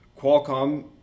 Qualcomm